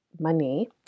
money